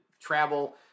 travel